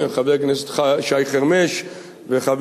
חבר הכנסת שי חרמש וחבר